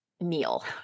meal